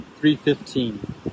3.15